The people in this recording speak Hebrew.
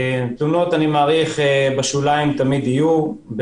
אני מעריך שבשוליים תמיד יהיו תלונות,